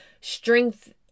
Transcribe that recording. strength